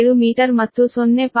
6 7 ಮತ್ತು ಇದು 0